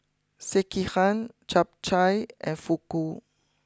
Sekihan Japchae and Fugu